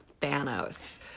Thanos